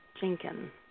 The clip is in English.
Jenkins